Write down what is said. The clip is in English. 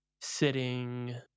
sitting